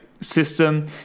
system